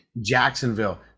Jacksonville